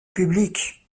public